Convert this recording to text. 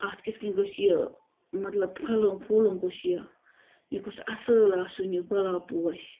اَتھ کِتھ کٔنۍ گٔژھ یہِ مطلب پھَلُن پھۄلُن گوٚژھ یہِ یہِ گوٚژھ اصل آسُن یہِ گۄلاب پوش